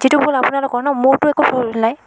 যিটো ভুল আপোনালোকৰ ন মোৰতো একো ভুল নাই